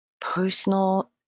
personal